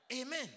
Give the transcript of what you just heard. Amen